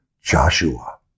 Joshua